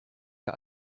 der